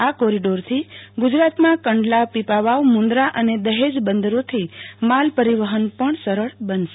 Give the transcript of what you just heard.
આ કોરીડોરથી ગુજરાતમાં કંડલા પીપાવાવ મુન્દ્રા અને દહેજ બંદરોથી માલ પરિવહન પણ સરળબનશે